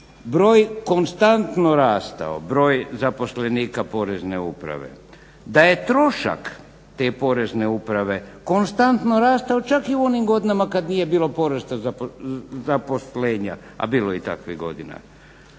broj konstantno rastao, broj zaposlenika Porezne uprave. Da je trošak te Porezne uprave konstantno rastao čak i u onim godinama kad nije bilo porasta zaposlenja, a bilo je i takvih godina.